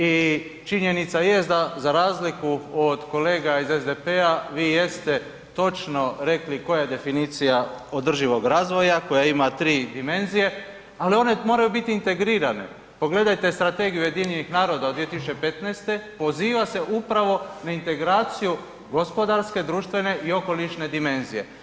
I činjenica jest da za razliku od kolega SDP-a vi jeste točno rekli koja je definicija održivog razvoja koja ima 3 dimenzije, ali one moraju biti integrirane, pogledajte Strategiju UN-a od 2015. poziva se upravo na integraciju gospodarske, društvene i okolišne dimenzije.